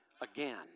again